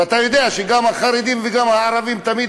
ואתה יודע שגם החרדים וגם הערבים תמיד